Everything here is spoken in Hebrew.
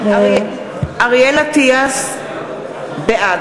אריאל אטיאס, בעד